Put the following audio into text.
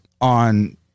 on